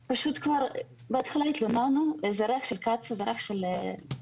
בהתחלה התלוננו על ריח של נפט,